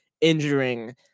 injuring